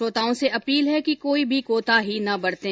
श्रोताओं से अपील है कि कोई भी कोताही न बरतें